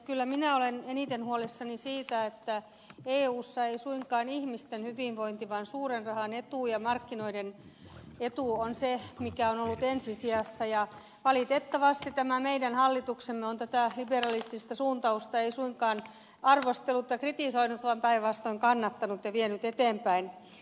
kyllä minä olen eniten huolissani siitä että eussa ei suinkaan ihmisten hyvinvointi ole etusijalla vaan suuren rahan etu ja markkinoiden etu on se mikä on ollut ensi sijassa ja valitettavasti tämä meidän hallituksemme ei ole tätä liberalistista suuntausta suinkaan arvostellut ja kritisoinut vaan päinvastoin kannattanut ja vienyt eteenpäin